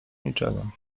niczego